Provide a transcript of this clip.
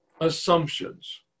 assumptions